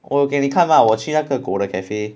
我又给你看吗我去那个狗的 cafe